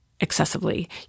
excessively